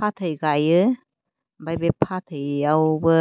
फाथै गायो ओमफ्राय बे फाथैआवबो